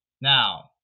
Now